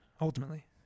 ultimately